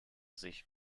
sich